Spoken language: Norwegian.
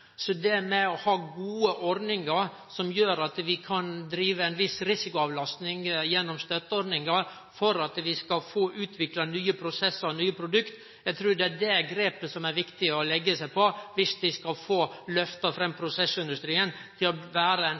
Så det å ha gode ordningar som gjer at vi kan drive ei viss risikoavlasting gjennom støtteordningar for at vi skal få utvikla nye prosessar og nye produkt, trur eg er det grepet som er viktig å ta om vi skal få lyfta fram prosessindustrien til å vere ein